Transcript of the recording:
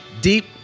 deep